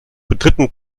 dritten